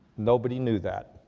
nobody knew that.